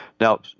Now